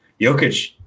Jokic